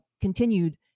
continued